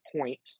point